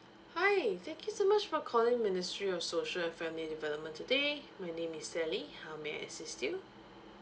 hi thank you so much for calling ministry of social and family development today my name is sally how may I assist you